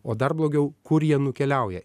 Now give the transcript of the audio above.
o dar blogiau kur jie nukeliauja